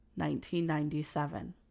1997